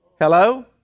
Hello